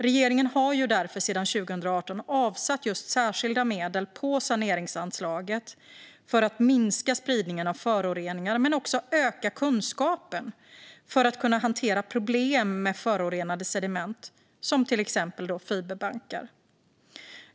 Regeringen har därför sedan 2018 avsatt särskilda medel på saneringsanslaget för att minska spridning av föroreningar och öka kunskapen för att kunna hantera problem med förorenade sediment som till exempel fiberbankar.